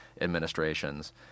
administrations